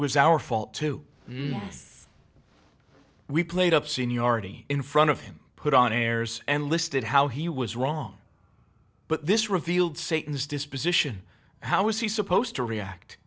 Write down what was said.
was our fault too we played up seniority in front of him put on airs and listed how he was wrong but this revealed satan's disposition how was he supposed